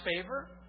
favor